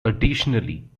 additionally